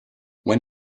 when